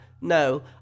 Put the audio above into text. No